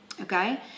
okay